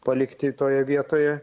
palikti toje vietoje